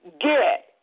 get